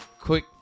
quick